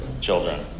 children